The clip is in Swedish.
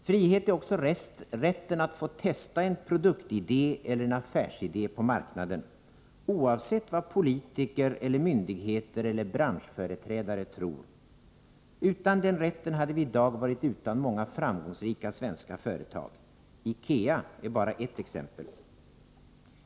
Frihet är också rätten att få testa en produktidé eller en affärsidé på marknaden, oavsett vad politiker, myndigheter eller branschföreträdare tror. Om vi inte haft den rätten hade vi i dag varit utan många framgångsrika svenska företag. IKEA är bara ett exempel.